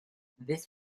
this